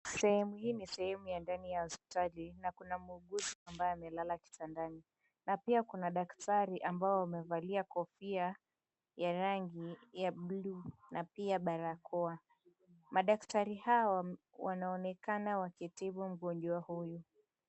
Sehemu hii ni sehemu ya ndani ya hospitali, na kuna muuguzi ambaye amelala kitandani. Na pia kuna daktari ambao wamevalia kofia ya rangi ya bluu na pia barakoa. Madaktari hawa wanaonekana wakitibu mgonjwa huyu.